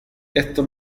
esto